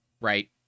right